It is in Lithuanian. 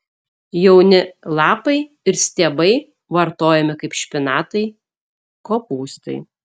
jauni lapai ir stiebai vartojami kaip špinatai kopūstai